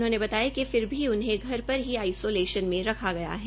उन्होंने बताया कि फिर भी उन्हें घर पर ही आइसोलेशन में रखा गया है